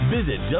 Visit